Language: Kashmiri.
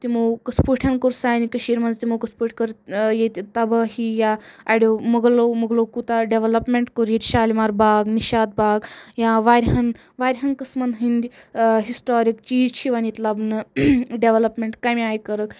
تِمو کٔتھ پٲٹھٮ۪ن کوٚر سانہِ کٔشیٖر منٛز تِمو کِتھ پٲٹھۍ کٔر ییتہِ تَبٲہی یا اَڈیو مۄغلو مۄغلو کوٗتاہ ڈیٚولَپمنٛٹ کوٚر ییٚتہِ شالِمار باغ نِشاط باغ یا واریاہَن واریاہَن قٕسمِن ہٕنٛدۍ ہِسٹورِک چیٖز چھٕ یِوان ییٚتہِ لَبنہٕ ڈیٚولَپمنٛٹ کَمہِ آیہِ کٔرٕکھ